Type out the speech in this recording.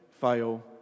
fail